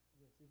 yes